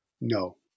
No